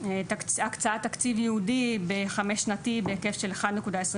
הזה ולהקצאת תקציב ייעודי בחמש שנתי בהיקף של 1.25